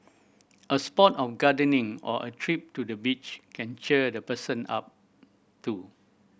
a spot of gardening or a trip to the beach can cheer the person up too